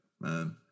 man